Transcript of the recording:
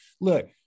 look